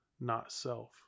not-self